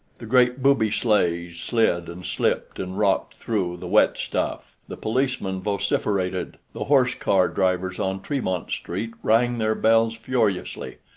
the great booby sleighs slid and slipped and rocked through the wet stuff, the policemen vociferated, the horse-car drivers on tremont street rang their bells furiously,